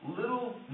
little